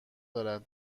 دارد